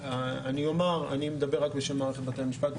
אני אומר שאני מדבר רק בשם מערכת בתי המשפט,